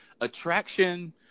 attraction